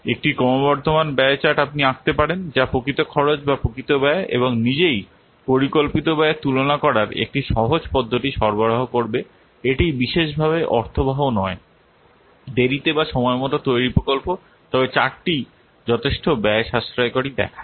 একটি ক্রমবর্ধমান ব্যয় চার্ট আপনি আঁকতে পারেন যা প্রকৃত খরচ বা প্রকৃত ব্যয় এবং নিজেই পরিকল্পিত ব্যয়ের তুলনা করার একটি সহজ পদ্ধতি সরবরাহ করবে এটি বিশেষভাবে অর্থবহ নয় দেরিতে বা সময় মতো তৈরি প্রকল্প তবে চার্টটি যথেষ্ট ব্যয় সাশ্রয়কারি দেখায়